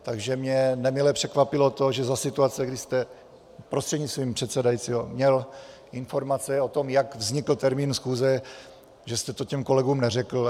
Takže mě nemile překvapilo to, že za situace, kdy jste, prostřednictvím předsedajícího, měl informace o tom, jak vznikl termín schůze, že jste to svým kolegům neřekl.